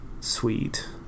sweet